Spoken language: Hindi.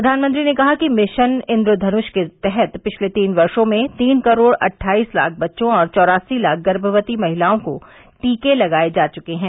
प्रधानमंत्री ने कहा कि इंद्रधनुष मिशन के तहत पिछले तीन वर्षों में तीन करोड़ अट्ठाईस लाख बच्चों और चौरासी लाख गर्भक्ती महिलाओं को टीके लगाए जा चुके हैं